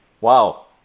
Wow